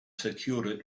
secured